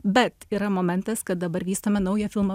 bet yra momentas kad dabar vystome naują filmą